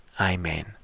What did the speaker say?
Amen